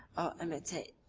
or imitate,